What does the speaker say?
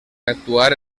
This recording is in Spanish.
actuar